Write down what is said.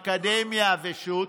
אקדמיה ושות',